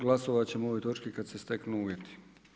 Glasovat ćemo o ovoj točki kad se steknu uvjeti.